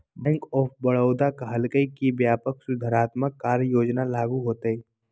bank of Baroda कहलकय कि व्यापक सुधारात्मक कार्य योजना लागू होतय